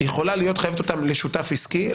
לשותף עסקי,